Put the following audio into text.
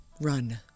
run